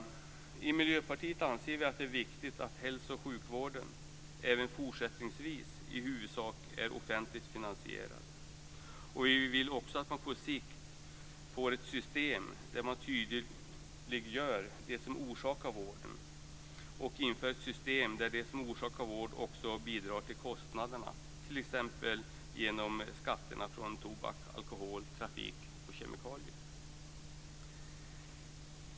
Vi i Miljöpartiet anser att det är viktigt att hälso och sjukvården även fortsättningsvis i huvudsak är offentligt finansierad. Vi vill också att man på sikt får ett system där man tydliggör det som orsakar ohälsa och inför ett system där det som orsakar ohälsa också bidrar till kostnaderna för vården, t.ex. genom skatter från tobak, alkohol, trafik och kemikalier.